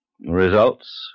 results